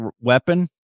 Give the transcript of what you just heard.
weapon